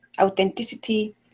authenticity